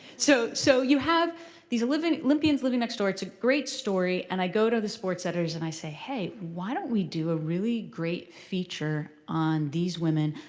so so you have these olympians living next door, it's a great story. and i go to the sports editors and i say, hey, why don't we do a really great feature on these women?